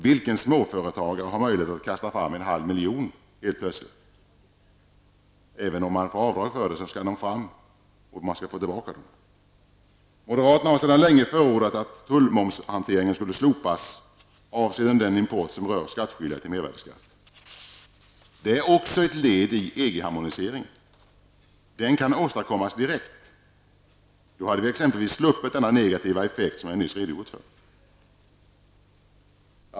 Vilken småföretagare har möjlighet att plötsligt kasta fram en halv miljon kronor? Även om man får avdrag för det, skall ju pengarna fram. Moderaterna har sedan länge förordat att tullmomshanteringen skulle slopas avseende den import som rör skattskyldiga till mervärdeskatt. Det är också ett led i EG-harmoniseringen. Den kan åstadkommas direkt. Då hade vi exempelvis sluppit den negativa effekt som jag nyss redogjort för.